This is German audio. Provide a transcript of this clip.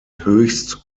höchst